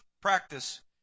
practice